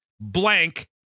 blank